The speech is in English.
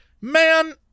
Man